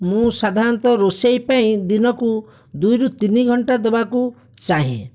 ମୁଁ ସାଧାରଣତଃ ରୋଷେଇ ପାଇଁ ଦିନକୁ ଦୁଇରୁ ତିନି ଘଣ୍ଟା ଦେବାକୁ ଚାହେଁ